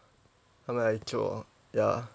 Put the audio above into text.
他们来做 ya